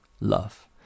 love